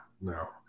no